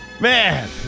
Man